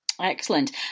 Excellent